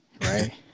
Right